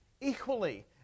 equally